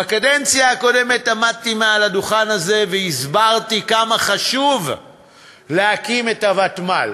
בקדנציה הקודמת עמדתי מעל הדוכן הזה והסברתי כמה חשוב להקים את הוותמ"ל.